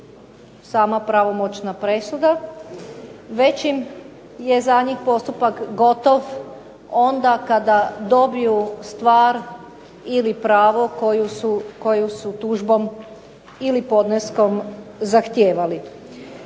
sama pravomoćna presuda, već im je za njih postupak gotov onda kada dobiju stvar ili pravo koju su tužbom ili podneskom zahtijevali.